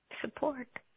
support